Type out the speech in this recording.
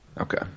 Okay